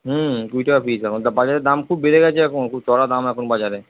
হুম কুড়ি টাকা পিস এখন তা বাজারে দাম খুব বেড়ে গেছে এখন খুব চড়া দাম এখন বাজারে